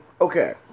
okay